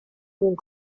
bons